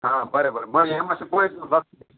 हा बरें बरें म्हूण पय